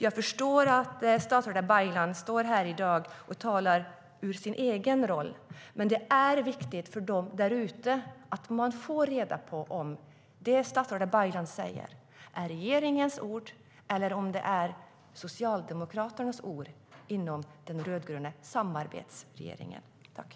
Jag förstår att statsrådet Baylan står här i dag och talar i sin egen roll, men det är viktigt för dem där ute att få veta om det som statsrådet Baylan säger är regeringens ord eller om det är Socialdemokraternas ord i den rödgröna samarbetsregeringen.